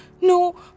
no